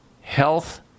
health